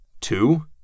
Two